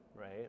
right